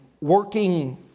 working